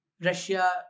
Russia